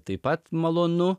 taip pat malonu